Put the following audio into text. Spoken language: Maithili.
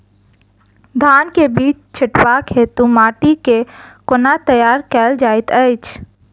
धान केँ बीज छिटबाक हेतु माटि केँ कोना तैयार कएल जाइत अछि?